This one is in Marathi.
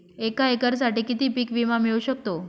एका एकरसाठी किती पीक विमा मिळू शकतो?